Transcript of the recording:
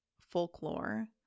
folklore